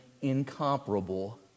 incomparable